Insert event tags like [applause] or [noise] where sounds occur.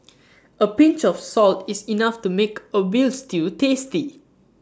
[noise] A pinch of salt is enough to make A Veal Stew tasty